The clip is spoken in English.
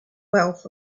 wealth